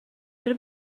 چرا